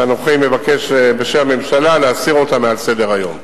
ואנוכי מבקש בשם הממשלה להסיר אותה מעל סדר-היום.